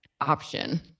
option